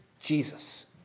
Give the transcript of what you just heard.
Jesus